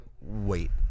wait